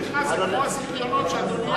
זה כמו הזיכיונות שאדוני עשה,